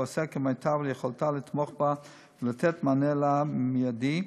ועושה כמיטב יכולתו לתמוך בה ולתת לה מענה מיידי,